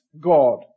God